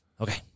Okay